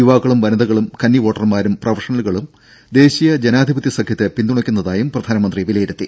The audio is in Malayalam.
യുവാക്കളും വനിതകളും കന്നിവോട്ടർമാരും പ്രൊഫഷണ ലുകളും ദേശീയ ജനാധിപത്യ സഖ്യത്തെ പിന്തുണയ്ക്കുന്നതായും പ്രധാനമന്ത്രി വിലയിരുത്തി